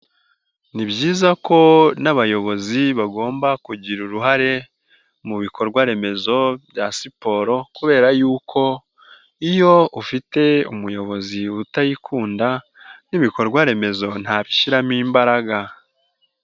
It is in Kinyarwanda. Ni byiza ko n'abayobozi bagomba kugira uruhare mu bikorwa remezo bya siporo kubera yuko iyo ufite umuyobozi utayikunda, n'ibikorwa remezo ntabishyiramo imbaraga.